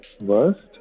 worst